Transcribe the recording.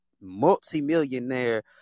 multi-millionaire